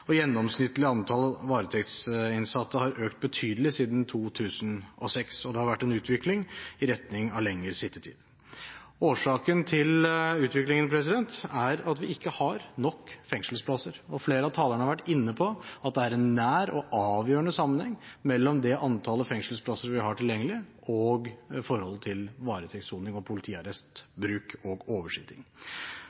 Gjennomsnittlig antall varetektsinnsatte har økt betydelig siden 2006, og det har vært en utvikling i retning av lengre sittetid. Årsaken til utviklingen er at vi ikke har nok fengselsplasser. Flere av talerne har vært inne på at det er en nær og avgjørende sammenheng mellom det antallet fengselsplasser vi har tilgjengelig, og varetektssoning, politiarrestbruk og